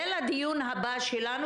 זה לדיון הבא שלנו,